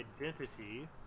identity